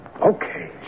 Okay